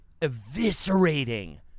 eviscerating